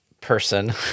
person